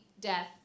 death